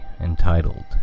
entitled